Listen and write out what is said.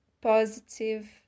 positive